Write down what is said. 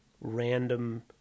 random